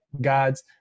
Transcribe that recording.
God's